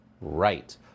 Right